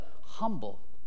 humble